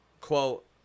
quote